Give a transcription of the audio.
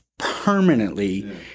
permanently